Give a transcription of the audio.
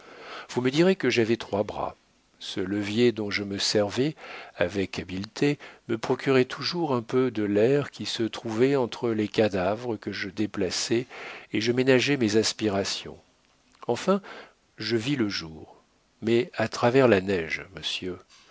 vous me direz que j'avais trois bras ce levier dont je me servais avec habileté me procurait toujours un peu de l'air qui se trouvait entre les cadavres que je déplaçais et je ménageais mes aspirations enfin je vis le jour mais à travers la neige monsieur